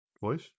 voice